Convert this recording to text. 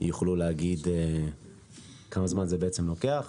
יוכלו להגיד כמה זמן זה לוקח.